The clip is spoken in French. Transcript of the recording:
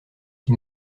qui